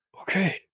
Okay